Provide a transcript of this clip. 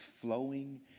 flowing